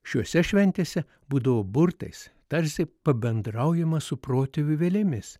šiose šventėse būdavo burtais tarsi pabendraujama su protėvių vėlėmis